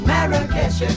Marrakesh